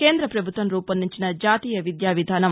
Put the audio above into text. కేంద్ర ప్రభుత్వం రూపొందించిన జాతీయ విద్యా విధానం